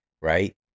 right